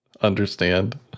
understand